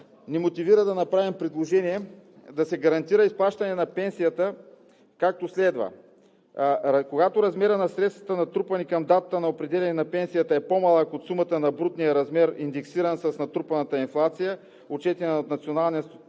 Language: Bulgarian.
ни мотивира да направим предложение – да се гарантира изплащане на пенсията, както следва: когато размерът на средствата, натрупани към датата на определяне на пенсията, е по-малък от сумата на брутния размер, индексиран с натрупаната инфлация, отчетена от Националния статистически